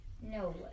No